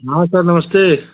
हाँ सर नमस्ते